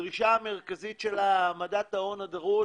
מדובר על הדרישה המרכזית של העמדת ההון הדרוש